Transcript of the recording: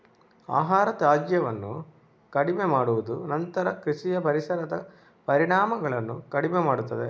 ಆಹಾರ ತ್ಯಾಜ್ಯವನ್ನು ಕಡಿಮೆ ಮಾಡುವುದು ನಂತರ ಕೃಷಿಯ ಪರಿಸರದ ಪರಿಣಾಮಗಳನ್ನು ಕಡಿಮೆ ಮಾಡುತ್ತದೆ